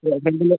ഫ്രണ്ടിലും